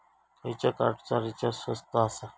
खयच्या कार्डचा रिचार्ज स्वस्त आसा?